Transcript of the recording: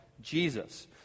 Jesus